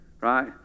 right